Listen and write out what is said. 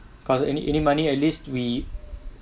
because any any money at least we